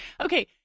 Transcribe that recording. Okay